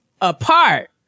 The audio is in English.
apart